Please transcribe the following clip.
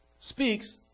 speaks